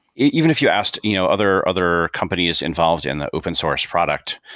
even if you asked you know other other companies involved in the open source product,